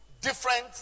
Different